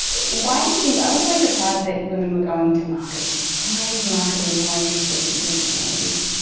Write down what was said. why do you think, i was always surprised that women were going into marketing. why is marketing more interesting than technology?